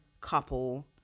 couple